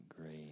great